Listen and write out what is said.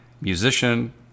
musician